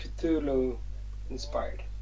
Cthulhu-inspired